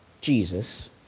Jesus